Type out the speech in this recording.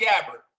Gabbard